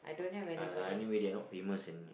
I I anywhere they are not famous in